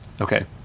Okay